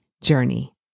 journey